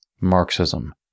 Marxism